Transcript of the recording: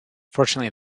fortunately